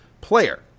player